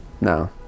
No